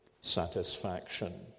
satisfaction